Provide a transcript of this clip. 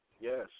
Yes